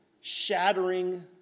shattering